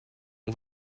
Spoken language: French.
ont